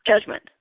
judgment